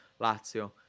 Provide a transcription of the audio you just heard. Lazio